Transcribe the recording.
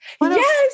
Yes